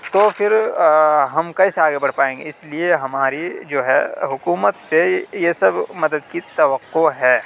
تو پھر ہم کیسے آگے بڑھ پائیں گے اس لیے ہماری جو ہے حکومت سے یہ سب مدد کی توقع ہے